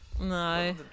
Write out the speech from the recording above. no